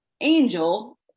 angel